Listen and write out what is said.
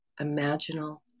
imaginal